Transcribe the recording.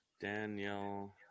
Danielle